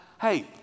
Hey